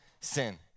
sin